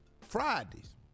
Fridays